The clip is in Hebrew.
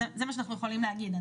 זה מה שאנחנו יכולים להגיד.